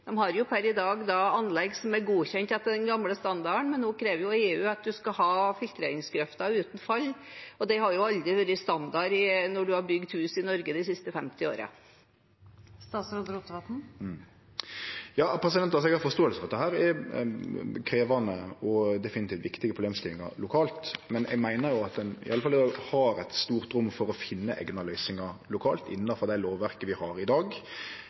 har jo per i dag anlegg som er godkjent etter den gamle standarden, men nå krever EU at man skal ha filtreringsgrøfter uten fall. Det har jo aldri vært standard når en har bygd hus i Norge de siste 50 årene. Eg har forståing for at dette er krevjande og definitivt viktige problemstillingar lokalt, men eg meiner at ein har eit stort rom for å finne eigna løysingar lokalt innanfor det lovverket vi har i dag.